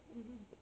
mmhmm